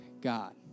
God